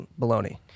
Baloney